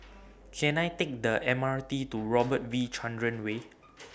Can I Take The M R T to Robert V Chandran Way